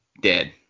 dead